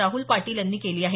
राहुल पाटील यांनी केली आहे